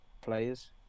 players